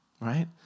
Right